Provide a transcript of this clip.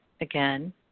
Again